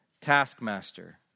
taskmaster